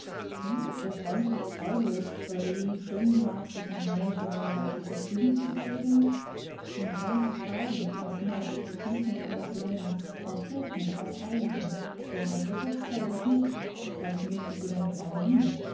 du der freundschaft treulos weil du ihr nicht gönnen magst sich im reinen strahle weiblicher tugend zu veredeln den freund vertreiben aus neid ich kann's nicht anders benennen aus hochmuth aus eigensinn denn eifersucht quält dich nicht dazu müßtest du deine frau lieben